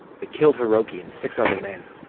they killed hiroki and six other men!